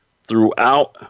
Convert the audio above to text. throughout